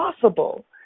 possible